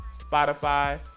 spotify